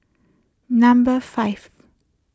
number five